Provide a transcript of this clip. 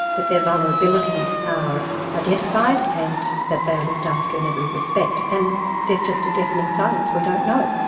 that their vulnerabilities are identified and that they are looked after in every respect? and there's just a deafening silence we don't know.